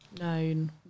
known